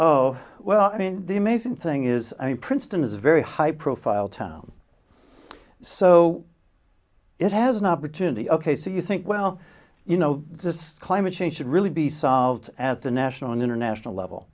oh well i mean the amazing thing is i mean princeton is a very high profile town so it has an opportunity ok so you think well you know this climate change should really be solved at the national and international level